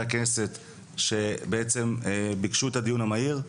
הכנסת שבעצם ביקשו את הדיון המהיר,